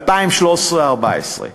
2013 ו-2014.